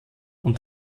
und